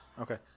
Okay